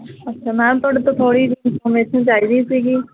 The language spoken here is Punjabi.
ਅੱਛਾ ਮੈਮ ਤੁਹਾਡੇ ਤੋਂ ਥੋੜ੍ਹੀ ਇਨਫੋਰਮੇਸ਼ਨ ਚਾਹੀਦੀ ਸੀਗੀ